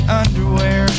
underwear